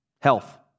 Health